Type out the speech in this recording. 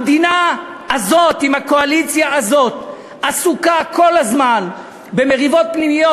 המדינה הזאת עם הקואליציה הזאת עסוקה כל הזמן במריבות פנימיות.